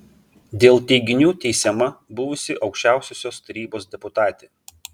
dėl teiginių teisiama buvusi aukščiausiosios tarybos deputatė